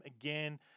again